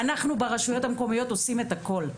אנחנו ברשויות המקומיות עושים הכול.